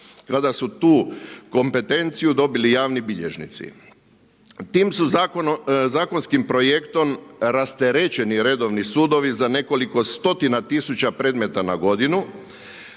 kad asu tu kompetenciju dobili javni bilježnici. Tim su zakonskim projektom rasterećeni redovni sudovi za nekoliko stotina tisuća predmeta na godinu